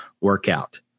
workout